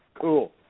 Cool